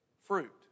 fruit